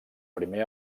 primer